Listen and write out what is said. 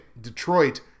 Detroit